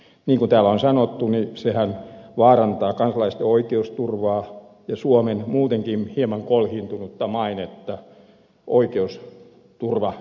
niin kuin täällä on sanottu sehän vaarantaa kansalaisten oikeusturvaa ja suomen muutenkin hieman kolhiintunutta mainetta oikeusturvamaana